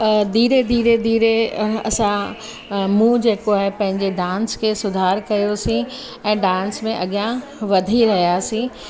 धीरे धीरे धीरे असां मूं जेको आहे पंहिंजे डांस खे सुधार कयोसीं ऐं डांस में अॻियां वधी रहियासीं